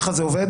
כך זה עובד?